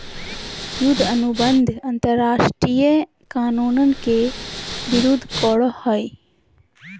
युद्ध अनुबंध अंतरराष्ट्रीय कानून के विरूद्ध करो हइ